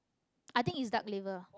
I think is Duck liver